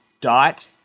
dot